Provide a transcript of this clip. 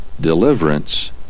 deliverance